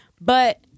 But-